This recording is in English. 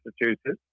Massachusetts